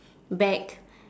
back